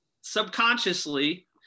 subconsciously